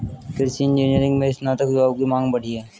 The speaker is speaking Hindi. कृषि इंजीनियरिंग में स्नातक युवाओं की मांग बढ़ी है